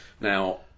Now